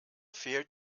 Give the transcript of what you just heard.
fehlt